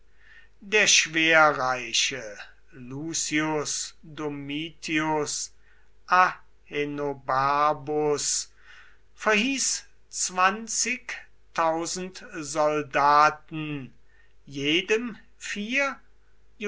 der schwerreiche lucius domitius ahenobarbus verhieß zwanzigtausend soldaten jedem vier